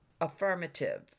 Affirmative